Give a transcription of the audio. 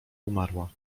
umarła